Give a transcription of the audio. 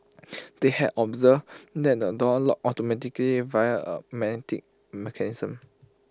they had observed that the door locked automatically via A magnetic mechanism